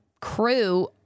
crew